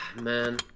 man